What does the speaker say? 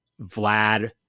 Vlad